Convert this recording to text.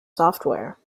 software